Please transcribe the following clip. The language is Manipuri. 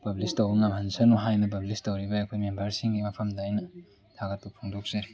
ꯄꯕ꯭ꯂꯤꯁ ꯇꯧꯕ ꯉꯝꯍꯟꯁꯅꯨ ꯍꯥꯏꯅ ꯄꯕ꯭ꯂꯤꯁ ꯇꯧꯔꯤꯕ ꯑꯩꯈꯣꯏ ꯃꯦꯝꯕ꯭ꯔꯁꯤꯡꯒꯤ ꯃꯐꯝꯗ ꯑꯩꯅ ꯊꯥꯒꯠꯄ ꯐꯣꯡꯗꯣꯛꯆꯔꯤ